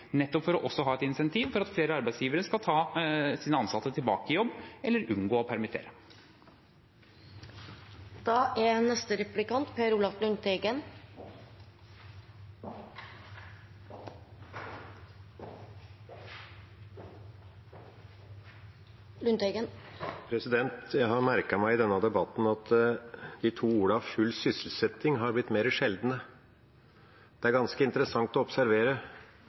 nettopp for også å ha et insentiv for at flere arbeidsgivere skal ta sine ansatte tilbake i jobb eller unngå å permittere. Jeg har merket meg i denne debatten at de to ordene «full sysselsetting» har blitt mer sjeldne. Det ganske interessant å observere